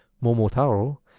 Momotaro